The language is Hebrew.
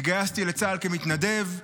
התגייסתי לצה"ל כמתנדב,